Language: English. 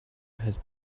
had